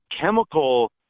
chemical